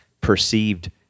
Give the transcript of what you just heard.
perceived